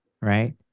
Right